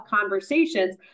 conversations